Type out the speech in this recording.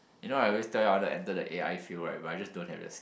you know I always tell you on the enter the a_i field right but I just don't have the